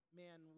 man